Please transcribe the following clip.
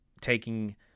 taking